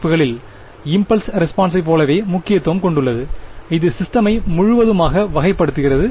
ஐ அமைப்புகளில் இம்பல்ஸ் ரெஸ்பான்ஸை போலவே முக்கியத்துவத்தையும் கொண்டுள்ளது இது சிஸ்டமை முழுவதுமாக வகைப்படுத்துகிறது